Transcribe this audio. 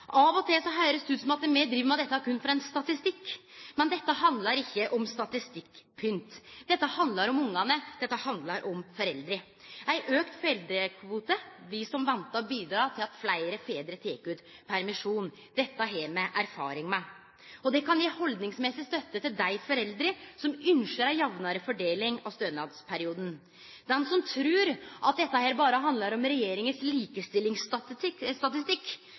Av og til høyrest det ut som at me driv med dette berre for ein statistikk. Men dette handlar ikkje om statistikkpynt. Dette handlar om ungane, dette handlar om foreldre. Ein auka fedrarkvote vil som venta bidra til at fleire fedrar tek ut permisjon. Dette har me erfaring med. Og det kan gje haldningsmessig støtte til dei foreldra som ynskjer ei jamnare fordeling av stønadsperioden. Den som trur at dette berre handlar om regjeringas